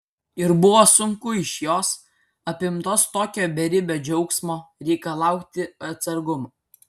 ir buvo sunku iš jos apimtos tokio beribio džiaugsmo reikalauti atsargumo